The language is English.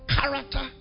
Character